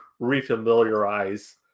refamiliarize